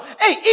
Hey